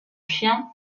chien